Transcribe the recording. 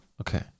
okay